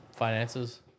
Finances